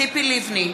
נגד ציפי לבני,